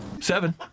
Seven